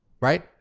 right